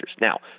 Now